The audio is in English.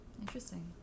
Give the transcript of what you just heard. interesting